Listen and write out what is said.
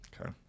Okay